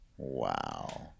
Wow